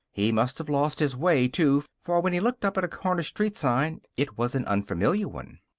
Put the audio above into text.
he must have lost his way, too, for when he looked up at a corner street sign it was an unfamiliar one.